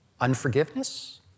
unforgiveness